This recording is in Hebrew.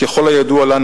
ככל הידוע לנו,